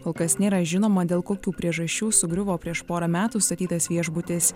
kol kas nėra žinoma dėl kokių priežasčių sugriuvo prieš porą metų statytas viešbutis